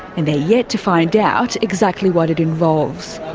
and they're yet to find out exactly what it involves.